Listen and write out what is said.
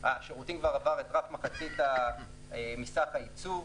שהשירותים כבר עבר את רף מחצית מסך הייצוא,